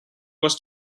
was